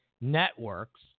networks